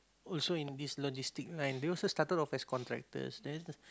also in this logistic line they also started off as contractors then